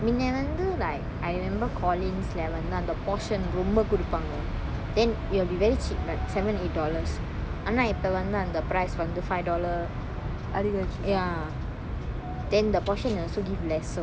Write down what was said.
மின்ன வந்து:minna vanthu like I remember calling lah வந்து அந்த:vanthu antha portion ரொம்ப கொடுப்பாங்க:romba koduppanga then it will be very cheap like seven eight dollars ஆனா இப்ப வந்து அந்த:aana ippa vanthu antha price வந்து:vanthu five dollars then the portions they also give lesser